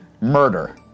murder